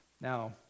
Now